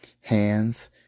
hands